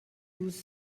douze